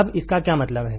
अब इसका क्या मतलब है